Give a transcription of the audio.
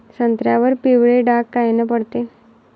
संत्र्यावर पिवळे डाग कायनं पडते?